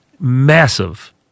massive